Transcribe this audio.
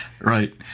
Right